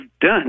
done